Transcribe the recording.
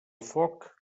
foc